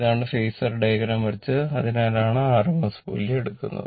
ഇതാണ് phasor diagram വരച്ചത് അതിനാലാണ് rms മൂല്യം എടുക്കുന്നത്